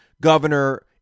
governor